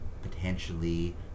potentially